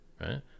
right